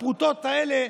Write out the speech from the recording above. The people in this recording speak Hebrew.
הפרוטות האלה,